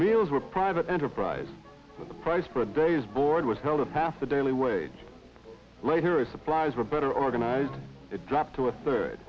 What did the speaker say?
meals were private enterprise price per day is board was held to pass the daily wage later supplies were better organized it dropped to a third